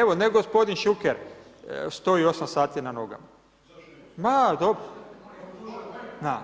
Evo, ne gospodin Šuker, stoji 8 sati na nogama. … [[Upadica se ne čuje.]]